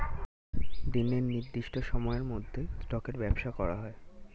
দিনের নির্দিষ্ট সময়ের মধ্যে স্টকের ব্যবসা করা হয়